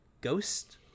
Ghost